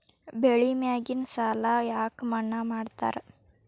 ಬೆಳಿ ಮ್ಯಾಗಿನ ಸಾಲ ಯಾಕ ಮನ್ನಾ ಮಾಡ್ತಾರ?